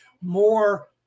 more